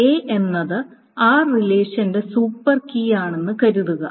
A എന്നത് r റിലേഷന്റെ super key ആണെന്ന് കരുതുക